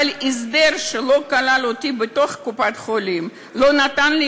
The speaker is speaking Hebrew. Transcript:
אבל ההסדר שלא כלל אותי בתוך קופת-החולים לא נתן לי